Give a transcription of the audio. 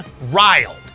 riled